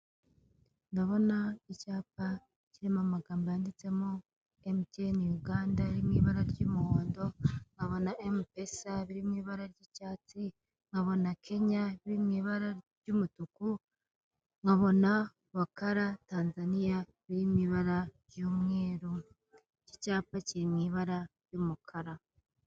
Ndabona icyapa kirimo amagambo yanditsemo emutiyene Uganda ari mu ibara ry'umuhondo, nkabona emupesa biri mu ibara ry'icyatsi, nkabona Kenya biri mu ibara ry'umutuku, nkabona bakara Tanzaniya biri mu ibara ry'umweru, iki cyapa kiri mu ibara ry'umukara.